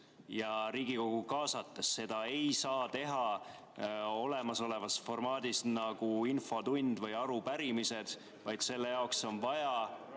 ja Riigikogu kaasates. Seda ei saa teha olemasolevas formaadis nagu infotund või arupärimised, vaid selle jaoks on vaja,